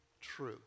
true